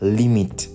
limit